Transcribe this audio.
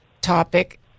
topic